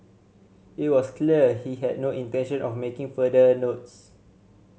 it was clear he had no intention of making further notes